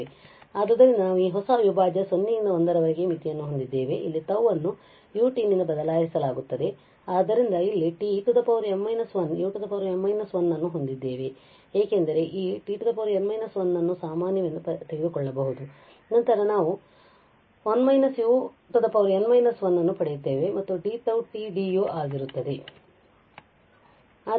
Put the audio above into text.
ಆದ್ದರಿಂದ ನಾವು ಈ ಹೊಸ ಅವಿಭಾಜ್ಯದ 0 ರಿಂದ 1 ರವರೆಗೆ ಮಿತಿಗಳನ್ನು ಹೊಂದಿದ್ದೇವೆ ಅಲ್ಲಿ τ ಅನ್ನು u t ನಿಂದ ಬದಲಾಯಿಸಲಾಗುತ್ತದೆ ಆದ್ದರಿಂದ ನಾವು ಅಲ್ಲಿಂದt m−1u m−1 ಅನ್ನು ಹೊಂದಿದ್ದೇವೆ ಏಕೆಂದರೆ ನಾವು ಈ t n−1 ಅನ್ನು ಸಾಮಾನ್ಯವೆಂದು ತೆಗೆದುಕೊಳ್ಳಬಹುದು ಮತ್ತು ನಂತರ ನಾವು 1 − u n−1 ಅನ್ನು ಪಡೆಯುತ್ತೇವೆ ಮತ್ತು dτ t du ಆಗಿರುತ್ತದೆ